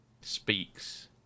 speaks